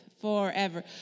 forever